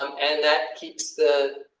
um and that keeps the,